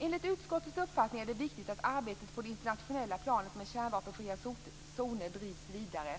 Enligt utskottets uppfattning är det viktigt att arbetet på det internationella planet med kärnvapenfria zoner drivs vidare.